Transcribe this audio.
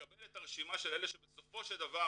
לקבל את הרשימה של אלה שבסופו של דבר